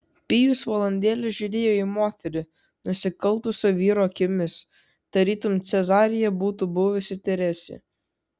pijus valandėlę žiūrėjo į moterį nusikaltusio vyro akimis tarytum cezarija būtų buvusi teresė